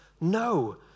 No